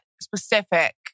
specific